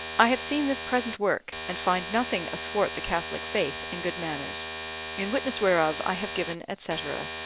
i have seen this present work, and find nothing athwart the catholic faith and good manners in witness whereof i have given, etc.